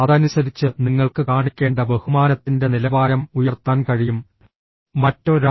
അതനുസരിച്ച് നിങ്ങൾക്ക് കാണിക്കേണ്ട ബഹുമാനത്തിന്റെ നിലവാരം ഉയർത്താൻ കഴിയും മറ്റൊരാൾ